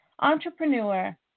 entrepreneur